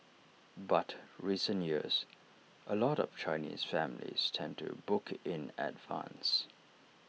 but recent years A lot of Chinese families tend to book in advance